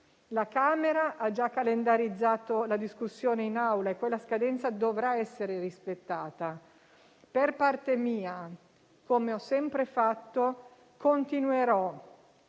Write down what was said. La Camera ha già calendarizzato la discussione in Aula e quella scadenza dovrà essere rispettata. Per parte mia, come ho sempre fatto, continuerò